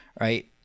right